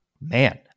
man